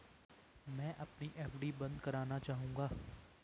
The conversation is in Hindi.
मैं अपनी एफ.डी बंद करना चाहूंगा